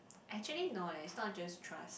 actually no eh it's not just trust